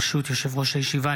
ברשות יושב-ראש הישיבה,